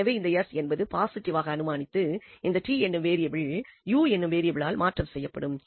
எனவே இந்த s என்பதை பாசிட்டிவாக அனுமானித்து இந்த t எனும் வேரியபிள் u எனும் வேரியபிளால் சாப்ஸ்டிட்யூட் செய்யப்படும்